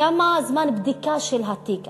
כמה זמן בדיקה של התיק?